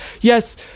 Yes